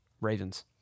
Ravens